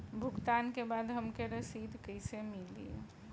भुगतान के बाद हमके रसीद कईसे मिली?